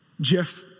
Jeff